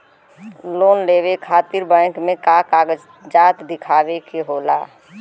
Loan लेवे खातिर bank मे का कागजात दिखावे के होला?